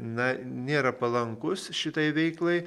na nėra palankūs šitai veiklai